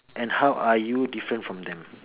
and how are you different from them